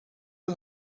yıl